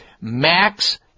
Max